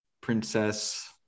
princess